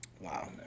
Wow